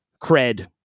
cred